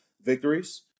victories